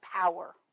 power